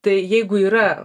tai jeigu yra